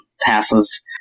passes